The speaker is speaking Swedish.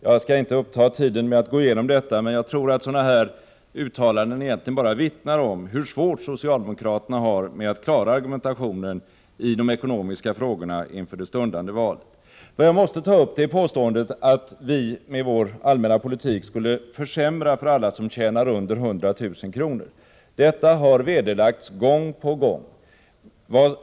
Jag skall inte uppta tiden med att gå igenom detta, men jag tror att sådana här uttalanden bara vittnar om hur svårt socialdemokraterna har med att klara argumentationen i de ekonomiska frågorna inför det stundande valet. Vad jag måste ta upp är påståendet att vi med vår allmänna politik skulle försämra för alla som tjänar under 100 00 kr. Detta har vederlagts gång på gång.